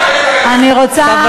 אני רוצה,